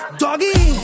doggy